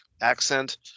accent